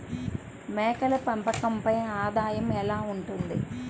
మేకల పెంపకంపై ఆదాయం ఎలా ఉంటుంది?